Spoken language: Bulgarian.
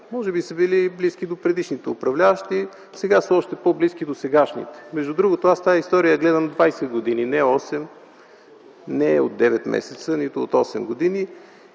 Може би са били близки и до предишните управляващи, сега са още по-близки до сегашните. Между другото, аз тази история я гледам двадесет години. Не, осем, не от осем месеца, нито от осем години.